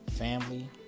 Family